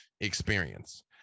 experience